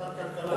ועדת כלכלה.